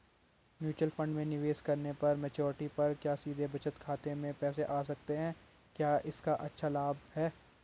Mutual fund में निवेश करने पर मैच्योरिटी पर क्या सीधे बचत खाते में पैसे आ सकते हैं क्या इसका अच्छा लाभ है?